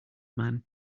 man